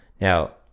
Now